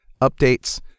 updates